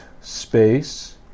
space